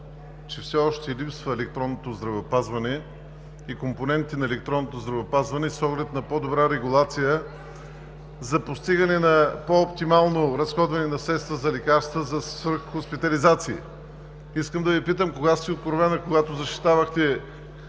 че все още липсват електронното здравеопазване и компонентите на електронното здравеопазване с оглед на по-добра регулация за постигане на по-оптимално разходване на средства за лекарства, за свръх хоспитализации. Искам да Ви питам: кога сте откровена – когато защитавахте,